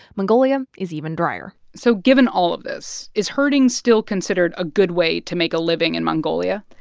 mongolia is even drier so given all of this, is herding still considered a good way to make a living in mongolia?